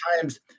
times